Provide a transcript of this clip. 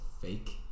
fake